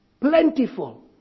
plentiful